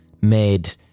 made